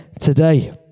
today